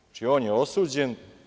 Znači, on je osuđen.